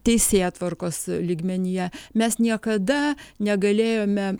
teisėtvarkos lygmenyje mes niekada negalėjome